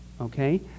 okay